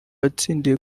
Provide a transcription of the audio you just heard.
watsindiye